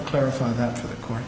clarify that for the court